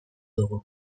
dugu